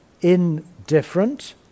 indifferent